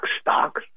stock